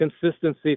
consistency